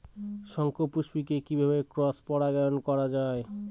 শঙ্খপুষ্পী কে কিভাবে ক্রস পরাগায়ন করা যায়?